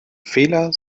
fehler